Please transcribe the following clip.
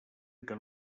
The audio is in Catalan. que